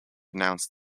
announced